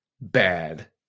bad